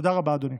תודה רבה, אדוני.